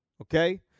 okay